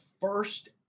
first